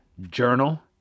Journal